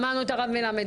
שמענו את הרב מלמד,